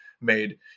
made